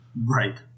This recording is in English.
Right